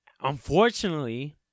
Unfortunately